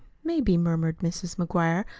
maybe, murmured mrs. mcguire,